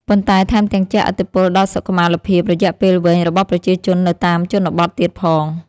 ប៉ុន្តែថែមទាំងជះឥទ្ធិពលដល់សុខុមាលភាពរយៈពេលវែងរបស់ប្រជាជននៅតាមជនបទទៀតផង។